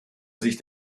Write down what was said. sich